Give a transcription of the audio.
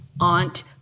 Aunt